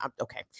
okay